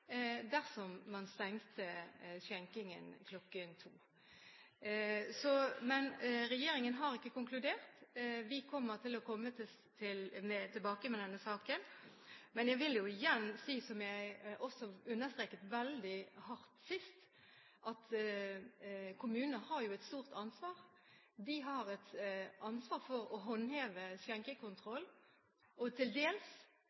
dersom man stengte skjenkingen kl. 02. Regjeringen har ikke konkludert. Vi kommer til å komme tilbake med denne saken. Men jeg vil igjen si, som jeg også understreket veldig klart sist, at kommunene har et stort ansvar. De har et ansvar for å håndheve skjenkekontrollen, og til dels